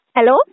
Hello